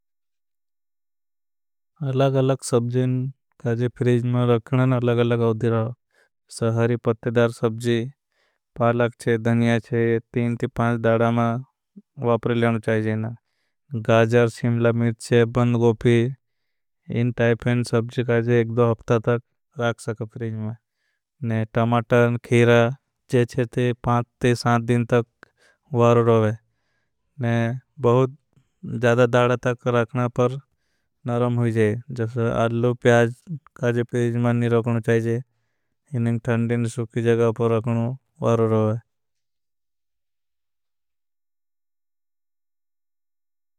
अलग अलग सब्जें काजे फ्रीज में रखनें अलग अलग आउधिराव। पत्तिदार सब्जी पालक चे धन्या चे ये तीन थी पाँच दाड़ा में। वापरे लेना चाहिए जेना सिमला मिर्चे, बन गोपी, इन टाइपें। सब्जी काजे एक दो हफ्ता तक राख सक फ्रीज में खीरा चे। चे ते पाँच थे सात दिन तक वारू रोए ज़्यादा दाड़ा तक राखना। पर नरम हुझे प्याज काजे फ्रीज में नी राखना। चाहिए खान दिन सुखी जगा पर राखना वारू रोए।